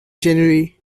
january